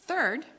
Third